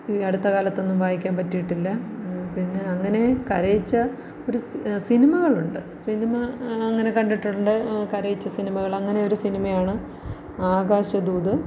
ഈ അടുത്ത കാലത്തൊന്നും വായിക്കാൻ പറ്റീട്ടില്ല പിന്നെ അങ്ങനെ കരയിച്ച ഒരു സി സിനിമകളുണ്ട് സിനിമ അങ്ങനെ കണ്ടിട്ടുണ്ട് കരയിച്ച സിനിമകൾ അങ്ങനെ ഒരു സിനിമയാണ് ആകാശദൂത്